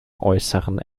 äußeren